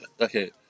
Okay